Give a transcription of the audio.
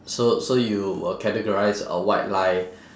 so so you will categorise a white lie